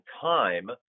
time